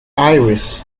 iris